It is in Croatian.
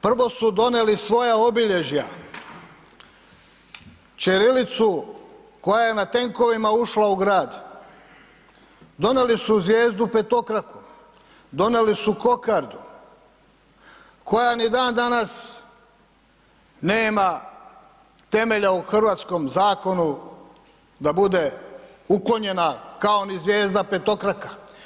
Prvo su donijeli svoja obilježja ćirilicu koja je na tenkovima ušla u grad, donijeli su zvijezdu petokraku, donijeli su kokardu koja ni dan danas nema temelja u hrvatskom zakonu da bude uklonjena kao ni zvijezda petokraka.